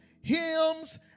hymns